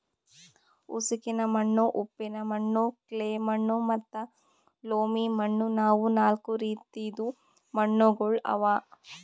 ಉಸುಕಿನ ಮಣ್ಣು, ಉಪ್ಪಿನ ಮಣ್ಣು, ಕ್ಲೇ ಮಣ್ಣು ಮತ್ತ ಲೋಮಿ ಮಣ್ಣು ಇವು ನಾಲ್ಕು ರೀತಿದು ಮಣ್ಣುಗೊಳ್ ಅವಾ